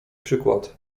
przykład